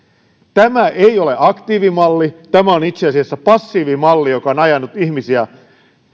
tämä ei ole aktiivimalli tämä on itse asiassa passiivimalli joka on ajanut ihmisiä